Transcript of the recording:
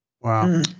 Wow